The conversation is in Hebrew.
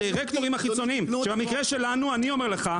הדירקטורים החיצוניים,